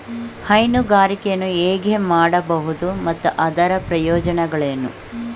ಹೈನುಗಾರಿಕೆಯನ್ನು ಹೇಗೆ ಮಾಡಬಹುದು ಮತ್ತು ಅದರ ಪ್ರಯೋಜನಗಳೇನು?